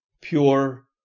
pure